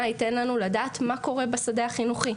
ייתן לנו לדעת מה קורה בשדה החינוכי.